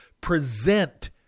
present